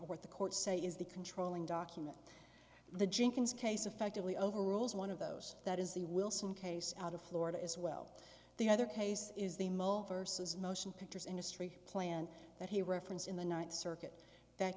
what the courts say is the controlling document the jenkins case affectively overrules one of those that is the wilson case out of florida as well the other case is the mole vs motion pictures industry plan that he referenced in the ninth circuit that